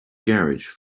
garage